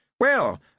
Well